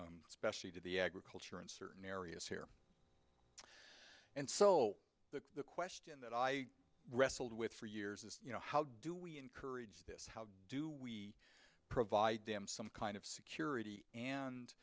challenge especially to the agriculture in certain areas here and so the the question that i wrestled with for years is you know how do we encourage this how do we provide them some kind of security and